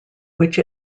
which